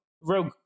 rogue